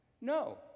no